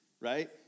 right